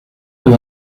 del